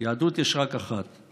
יהדות יש רק אחת.